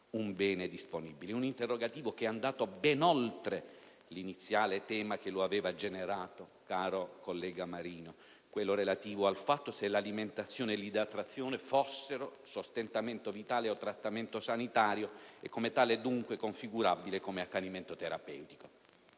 Un interrogativo che è andato ben oltre l'iniziale tema che lo aveva generato, caro collega Marino, relativo al fatto se l'alimentazione e l'idratazione fossero sostentamento vitale o trattamento sanitario e come tale dunque configurabile come accanimento terapeutico.